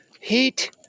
Heat